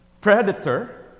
predator